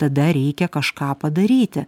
tada reikia kažką padaryti